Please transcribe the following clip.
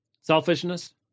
Selfishness